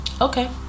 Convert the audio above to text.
Okay